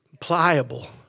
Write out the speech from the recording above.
pliable